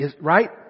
right